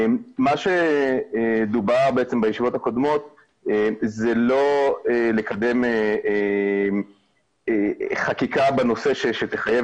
מה שדובר בישיבות הקודמות זה לא לקדם חקיקה בנושא שתחייב